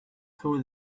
through